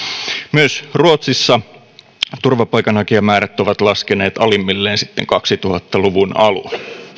myös ruotsissa turvapaikanhakijamäärät ovat laskeneet alimmilleen sitten kaksituhatta luvun alun